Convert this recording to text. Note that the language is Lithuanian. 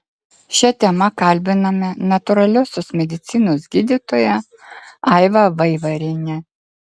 šia tema kalbiname natūraliosios medicinos gydytoją aivą vaivarienę